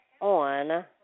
on